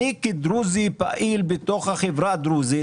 אני כדרוזי פעיל בתוך החברה הדרוזית,